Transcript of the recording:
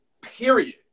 period